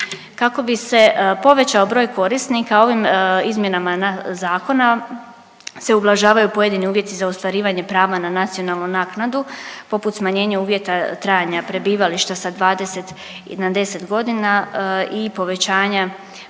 Kako bi se povećao broj korisnika ovim izmjenama zakona se ublažavaju pojedini uvjeti za ostvarivanje prava na nacionalnu naknadu poput smanjenja uvjeta trajanja prebivališta sa 20 na 10 godina i povećanje